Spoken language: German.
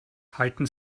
halten